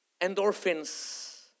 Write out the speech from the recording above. endorphins